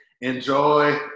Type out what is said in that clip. Enjoy